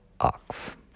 Ox